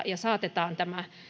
ja saatetaan tämä